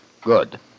Good